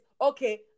okay